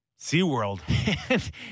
SeaWorld